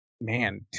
man